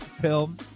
film